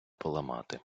поламати